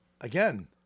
again